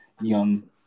young